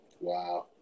Wow